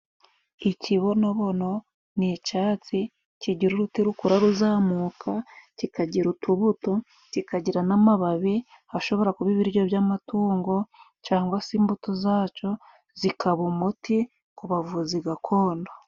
Ikibonobono ni icatsi kigira uruti rukura ruzamuka, kikagira utubuto, kikagira n'amababi, ashobora kuba ibiryo by'amatungo cangwa se imbuto zaco zikaba umuti ku bavuzi gakondo.